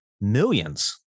millions